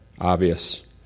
Obvious